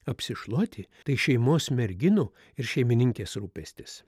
apsišluoti tai šeimos merginų ir šeimininkės rūpestis